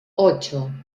ocho